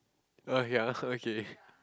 oh ya okay